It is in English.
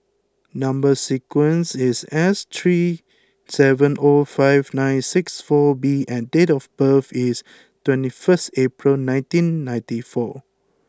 number sequence is S three seven zero five nine six four B and date of birth is twenty one April nineteen ninety four